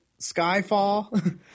skyfall